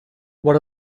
what